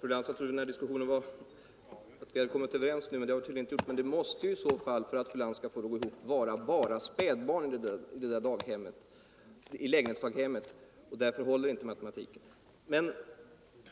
Fru talman! Jag trodde, fru Lantz, att vi hade kommit överens nu, men det har vi tydligen inte gjort. Men för att matematiken skall gå ihop måste det vara bara spädbarn i det där lägenhetsdaghemmet. Därför håller inte matematiken. Ett svar har